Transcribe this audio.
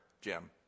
Jim